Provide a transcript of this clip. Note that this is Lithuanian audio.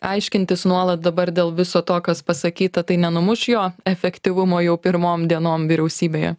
aiškintis nuolat dabar dėl viso to kas pasakyta tai nenumuš jo efektyvumo jau pirmom dienom vyriausybėje